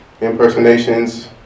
impersonations